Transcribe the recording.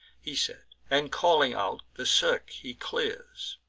he said and, calling out, the cirque he clears.